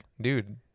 dude